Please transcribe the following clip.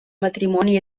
matrimoni